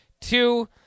two